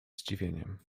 zdziwieniem